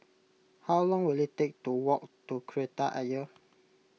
how long will it take to walk to Kreta Ayer